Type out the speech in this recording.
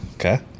Okay